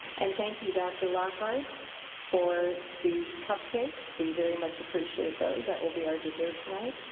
and thank you dr. lockard for the cupcakes. we very much appreciate those. that will be our dessert tonight.